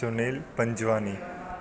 Sunil Panjwani